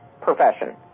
profession